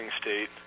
state